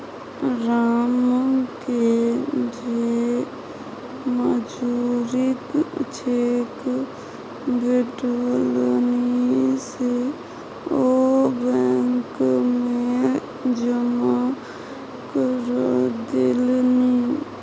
रामकेँ जे मजूरीक चेक भेटलनि से ओ बैंक मे जमा करा देलनि